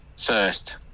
first